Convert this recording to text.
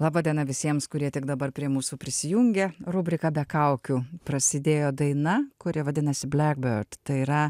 laba diena visiems kurie tik dabar prie mūsų prisijungė rubrika be kaukių prasidėjo daina kuri vadinasi black bird bet tai yra